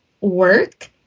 work